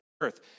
earth